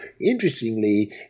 interestingly